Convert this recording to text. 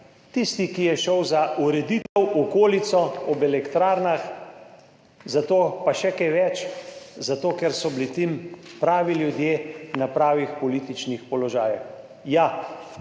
tisti, ki je šel za ureditev v okolico ob elektrarnah zato, pa še kaj več, zato, ker so bili tam pravi ljudje, na pravih političnih položajih.